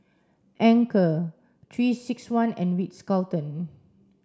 anchor three six one and Ritz Carlton